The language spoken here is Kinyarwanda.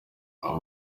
aba